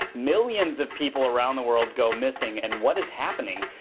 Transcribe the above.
millions of people around the world go missing and what is happening?